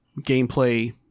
gameplay